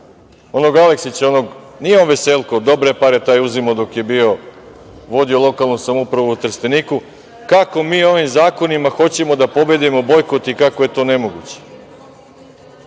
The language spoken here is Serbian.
onog Aleksića, nije on veselko, dobre pare je taj uzimao dok je vodio lokalnu samoupravu u Trsteniku kako mi ovim zakonima hoćemo da pobedimo bojkot i kako je to nemoguće.